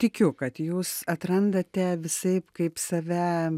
tikiu kad jūs atrandate visaip kaip save